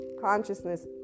consciousness